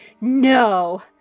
no